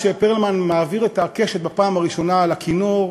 כשפרלמן מעביר את הקשת בפעם הראשונה על הכינור,